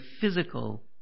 physical